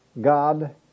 God